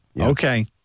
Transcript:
Okay